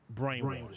brainwashed